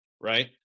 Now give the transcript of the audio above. right